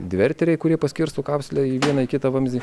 dverteriai kurie paskirsto kapsulę į vieną kitą vamzdį